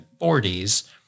40s